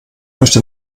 möchte